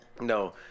No